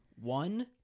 one